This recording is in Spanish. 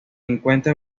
encuentra